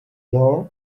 door